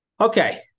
Okay